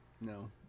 No